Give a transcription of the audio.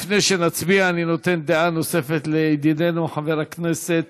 לפני שנצביע אני נותן דעה נוספת לידידנו חבר הכנסת